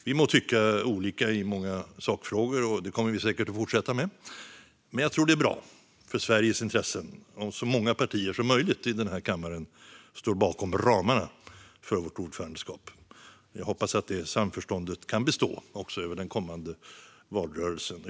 Vi må tycka olika i många sakfrågor, och det kommer vi säkert att fortsätta med, men jag tror att det är bra för Sveriges intressen om så många partier som möjligt i den här kammaren står bakom ramarna för Sveriges ordförandeskap. Jag hoppas att detta samförstånd kan bestå också över den kommande valrörelsen.